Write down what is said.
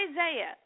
Isaiah